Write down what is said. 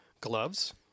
gloves